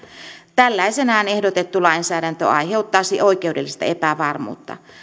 tällaisenaan ehdotettu lainsäädäntö aiheuttaisi oikeudellista epävarmuutta